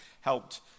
helped